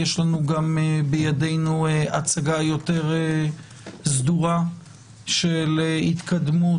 יש בידינו גם הצגה יותר סדורה של התקדמות